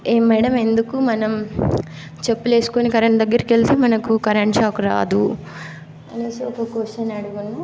ఏం మేడం ఎందుకు మనం చెప్పులు వేసుకొని కరెంట్ దగ్గరికెళితే మనకు కరెంట్ షాక్ రాదు అనేసి ఒక క్వశ్చన్ అడిగాను